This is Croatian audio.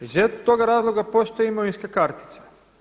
Iz toga razloga postoje imovinske kartice.